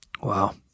Wow